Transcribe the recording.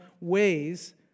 ways